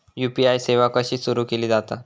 UPI सेवा कशी सुरू केली जाता?